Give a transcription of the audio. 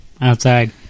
outside